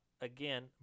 again